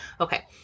Okay